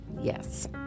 yes